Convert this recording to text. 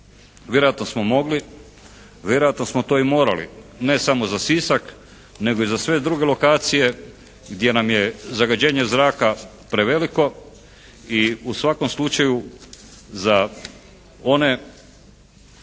Vjerojatno smo mogli, vjerojatno smo to i morali, ne samo za Sisak nego i za sve druge lokacije gdje nam je zagađenje zraka preveliko i u svakom slučaju za one